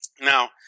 Now